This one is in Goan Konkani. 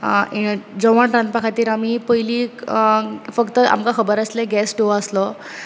जेवण रांदपा खातीर आमी पयली फक्त आमकां खबर आसले गॅस स्टोव आसलो